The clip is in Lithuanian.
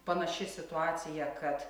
panaši situacija kad